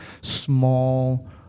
small